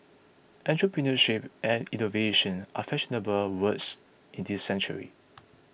entrepreneurship and innovation are fashionable words in this century